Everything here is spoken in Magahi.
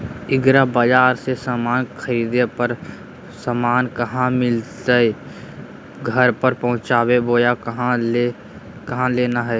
एग्रीबाजार से समान खरीदे पर समान कहा मिलतैय घर पर पहुँचतई बोया कहु जा के लेना है?